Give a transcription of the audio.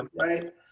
right